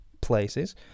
places